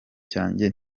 cyanjye